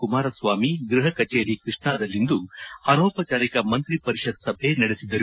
ಕುಮಾರಸ್ವಾಮಿ ಗೃಹ ಕಚೇರಿ ಕೃಷ್ಣಾದಲ್ಲಿಂದು ಅನೌಪಚಾರಿಕ ಮಂತ್ರಿ ಪರಿಷತ್ ಸಭೆ ನಡೆಸಿದರು